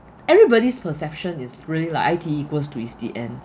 everybody's perception is really like I_T_E equals to it's the end